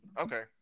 Okay